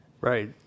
Right